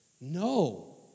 No